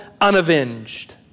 unavenged